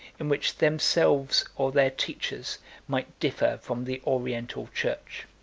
in which themselves or their teachers might differ from the oriental church.